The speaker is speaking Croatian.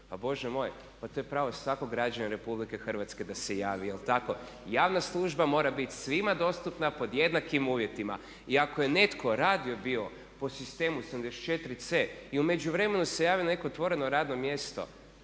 a bože moj pa to je pravo svakog građanina Republike Hrvatske da se javi. Jel' tako? Javna služba mora biti svima dostupna pod jednakim uvjetima. I ako je netko radije bio po sistemu 74c. i u međuvremenu se javio na neko otvoreno radno mjesto